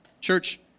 Church